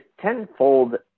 tenfold